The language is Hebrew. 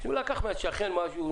מהשכן משהו.